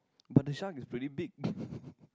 but the shark is pretty big